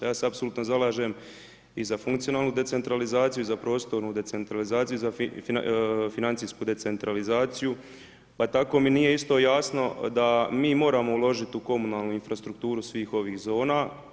Ja se apsolutno zalažem i za funkcionalnu decentralizaciju i za prostornu decentralizaciju i za financijsku decentralizaciju, pa tako mi nije isto jasno da mi moramo uložiti u komunalnu infrastrukturu svih ovih zona.